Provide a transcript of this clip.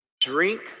drink